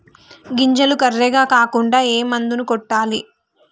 గింజలు కర్రెగ కాకుండా ఏ మందును కొట్టాలి?